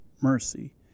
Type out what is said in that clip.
mercy